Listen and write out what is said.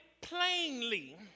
plainly